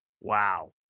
Wow